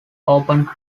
open